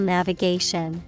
Navigation